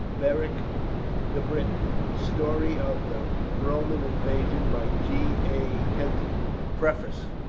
beric the briton a story of the roman invasion by g. a. henty preface.